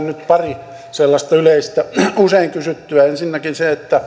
nyt pari sellaista yleistä usein kysyttyä ensinnäkin